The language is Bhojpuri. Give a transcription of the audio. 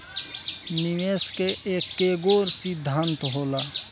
निवेश के एकेगो सिद्धान्त होला